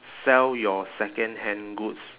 sell your secondhand goods